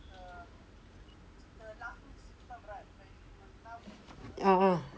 uh uh